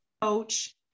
coach